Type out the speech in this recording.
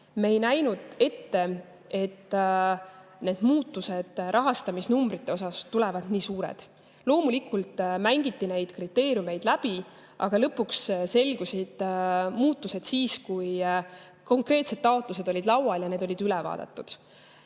me ei näinud ette, et need muutused rahastamisnumbrites tulevad nii suured. Loomulikult mängiti neid [stsenaariume] läbi, aga lõpuks selgusid muutused siis, kui konkreetsed taotlused olid laual ja need olid üle vaadatud.